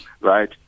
Right